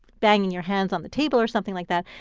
banging your hands on the table or something like that,